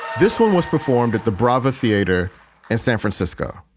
this one was performed at the bravo theater in san francisco